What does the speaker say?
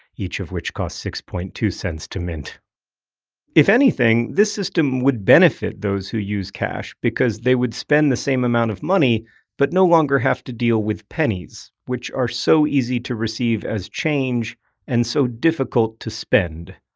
each of which costs six point two cents to mint if anything, this system would benefit those who use cash, because they would spend the same amount of money but no longer have to deal with pennies, which are so easy to receive as change and so difficult to spend.